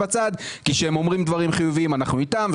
כשהם אומרים דברים חיוביים אנחנו איתם,